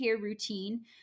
routine